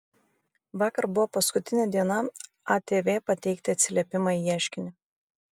vakar buvo paskutinė diena atv pateikti atsiliepimą į ieškinį